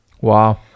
wow